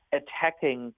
attacking